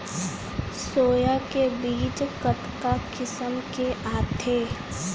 Soya के बीज कतका किसम के आथे?